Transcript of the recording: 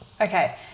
okay